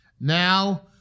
Now